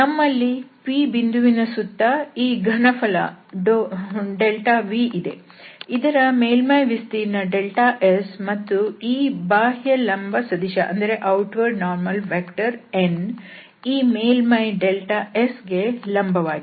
ನಮ್ಮಲ್ಲಿ P ಬಿಂದುವಿನ ಸುತ್ತ ಈ ಘನಫಲ V ಇದೆ ಇದರ ಮೇಲ್ಮೈ ವಿಸ್ತೀರ್ಣ S ಮತ್ತು ಈ ಬಾಹ್ಯ ಲಂಬ ಸದಿಶ n ಈ ಮೇಲ್ಮೈ Sಗೆ ಲಂಬವಾಗಿದೆ